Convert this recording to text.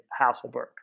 Hasselberg